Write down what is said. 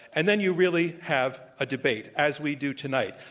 and then you really have a debate as we do tonight,